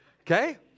okay